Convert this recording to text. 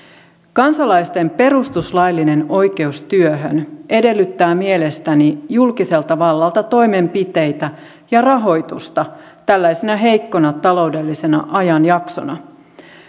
kansalaisten perustuslaillinen oikeus työhön edellyttää mielestäni julkiselta vallalta toimenpiteitä ja rahoitusta tällaisena heikkona taloudellisena ajanjaksona